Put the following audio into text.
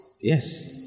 Yes